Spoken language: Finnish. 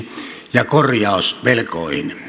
ja korjausvelkoihin